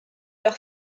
leur